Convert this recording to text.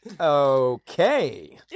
okay